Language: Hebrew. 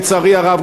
לצערי הרב,